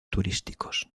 turísticos